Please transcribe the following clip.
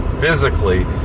physically